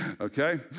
okay